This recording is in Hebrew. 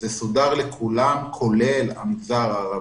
זה סודר לכולם כולל המגזר הערבי.